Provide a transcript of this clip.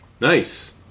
Nice